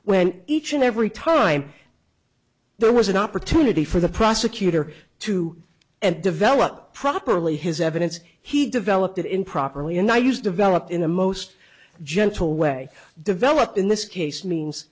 when each and every time there was an opportunity for the prosecutor to and develop properly his evidence he developed improperly and i used developed in a most gentle way developed in this case means